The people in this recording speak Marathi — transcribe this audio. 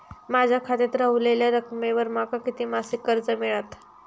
माझ्या खात्यात रव्हलेल्या रकमेवर माका किती मासिक कर्ज मिळात?